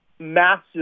massive